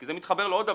כי זה מתחבר לעוד דבר.